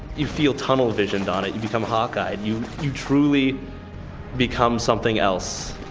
you feel tunnel visioned on it, you become hawkeyed, you you truly become something else.